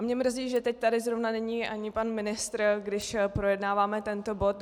Mě mrzí, že teď tady zrovna není ani pan ministr, když projednáváme tento bod.